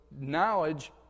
knowledge